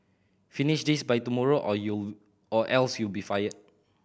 finish this by tomorrow or you or else you'll be fired